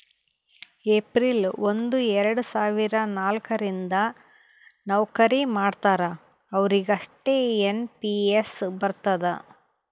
April ಒಂದು ಎರಡ ಸಾವಿರದ ನಾಲ್ಕ ರಿಂದ್ ನವ್ಕರಿ ಮಾಡ್ತಾರ ಅವ್ರಿಗ್ ಅಷ್ಟೇ ಎನ್ ಪಿ ಎಸ್ ಬರ್ತುದ್